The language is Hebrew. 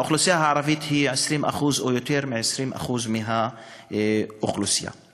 האוכלוסייה הערבית היא כ-20% מכלל האוכלוסייה ואף יותר.